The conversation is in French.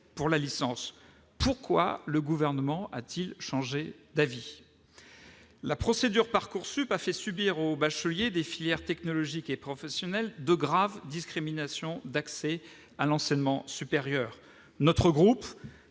pour la licence. Pourquoi le Gouvernement a-t-il ainsi changé d'avis ? La procédure Parcoursup a fait subir aux bacheliers des filières technologiques et professionnelles de graves discriminations d'accès à l'enseignement supérieur. Notre groupe